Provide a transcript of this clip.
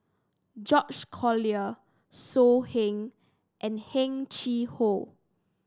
George Collyer So Heng and Heng Chee How